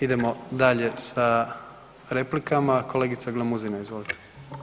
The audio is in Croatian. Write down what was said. Idemo dalje sa replikama, kolegica Glamuzina izvolite.